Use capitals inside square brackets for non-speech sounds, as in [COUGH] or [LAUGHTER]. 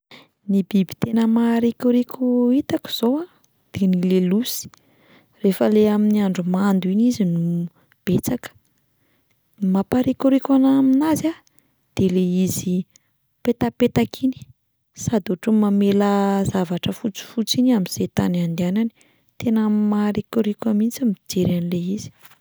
Ny biby tena maharikoriko hitako zao a de ny lelosy, rehefa le amin'ny andro mando iny izy no betsaka, ny mampaharikoriko anahy amin'azy a de le izy mipetapetaka iny, sady ohatry ny mamela zavatra fotsifotsy iny amin'izay tany andehanany, tena maharikoriko ahy mihitsy mijery an'le izy. [NOISE]